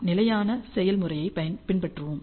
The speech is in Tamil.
நாம் நிலையான செயல்முறையைப் பின்பற்றுவோம்